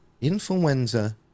Influenza